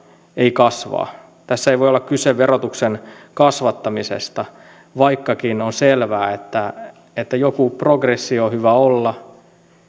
ei kasvaa tässä ei voi olla kyse verotuksen kasvattamisesta vaikkakin on selvää että että joku progressio on hyvä olla